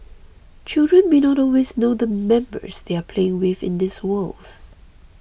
children may not always know the members they are playing with in these worlds